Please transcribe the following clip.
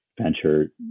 venture